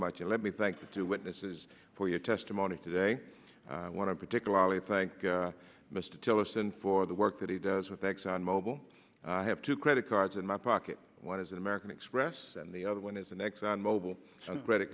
much and let me thank the two witnesses for your testimony today what i particularly thank mr tillerson for the work that he does with exxon mobil i have two credit cards in my pocket one is an american express and the other one is an exxon mobile credit